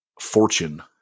fortune